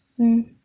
mm